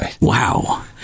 Wow